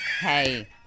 hey